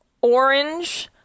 orange